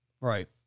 Right